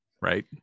right